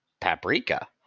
paprika